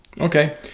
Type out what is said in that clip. Okay